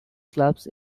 clubs